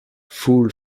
fool